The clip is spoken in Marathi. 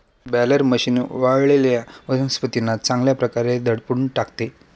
बॅलर मशीन वाळलेल्या वनस्पतींना चांगल्या प्रकारे दडपून टाकते